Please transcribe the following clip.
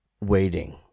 waiting